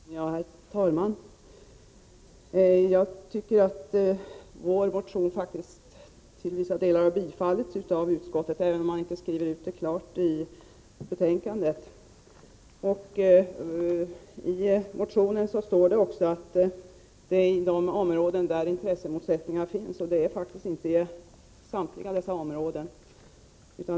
Herr talman! Jag tycker att vår motion till vissa delar faktiskt har tillstyrkts av utskottet, även om det inte klart skrivs ut i betänkandet. I motionen talas det vidare om de områden där intressemotsättningar finns — och det gäller faktiskt inte för samtliga av områdena.